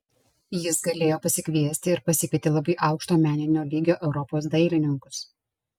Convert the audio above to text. jis galėjo pasikviesti ir pasikvietė labai aukšto meninio lygio europos dailininkus